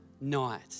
night